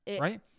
right